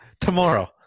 tomorrow